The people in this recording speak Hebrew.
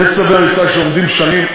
יש צווי הריסה שעומדים שנים.